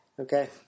Okay